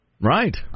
Right